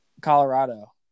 Colorado